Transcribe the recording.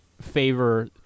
favor